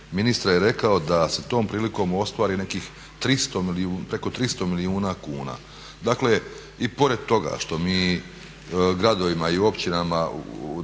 ministra je rekao da se tom prilikom ostvari preko 300 milijuna kuna. Dakle i pored toga što mi gradovima i općinama